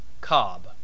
Cobb